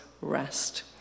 rest